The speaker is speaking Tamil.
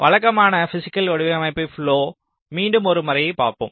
வழக்கமான பிஸிக்கல் வடிவமைப்பு ப்லொவை மீண்டும் ஒரு முறை பார்ப்போம்